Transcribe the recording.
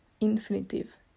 infinitive